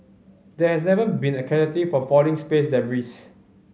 there has never been a casualty from falling space debris